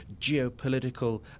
geopolitical